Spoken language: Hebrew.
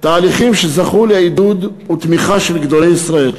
תהליכים שזכו לעידוד ותמיכה של גדולי ישראל.